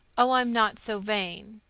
oh, i'm not so vain!